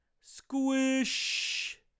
squish